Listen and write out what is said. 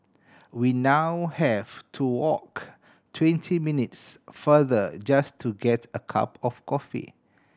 we now have to walk twenty minutes farther just to get a cup of coffee